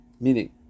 Meaning